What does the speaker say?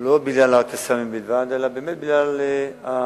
לא בגלל ה"קסאמים" בלבד, אלא באמת בגלל ההתנהלות,